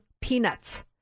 Peanuts